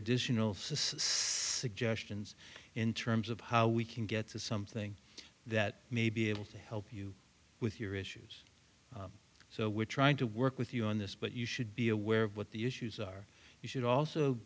suggestions in terms of how we can get to something that may be able to help you with your issues so we're trying to work with you on this but you should be aware of what the issues are you should also